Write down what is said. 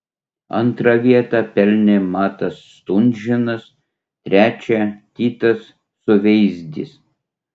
antrą vietą pelnė matas stunžinas trečią titas suveizdis